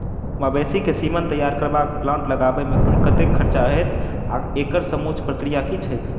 मवेसी केँ सीमन तैयार करबाक प्लांट लगाबै मे कुल कतेक खर्चा हएत आ एकड़ समूचा प्रक्रिया की छैक?